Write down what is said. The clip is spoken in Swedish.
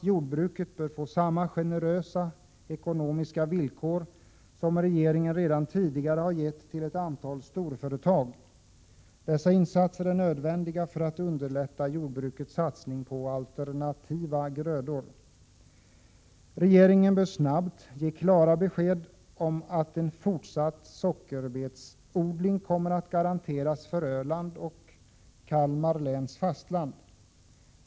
Jordbruket bör få samma generösa ekonomiska villkor som de som regeringen redan tidigare har medgett skall gälla för ett antal storföretag. Sådana här insatser är nödvändiga när det gäller att underlätta jordbrukets satsning på alternativa grödor. Vidare bör regeringen snabbt ge klara besked om att en fortsatt sockerbetsodling kommer att garanteras beträffande Öland och Kalmar läns fastland.